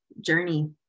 journey